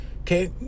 Okay